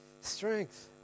strength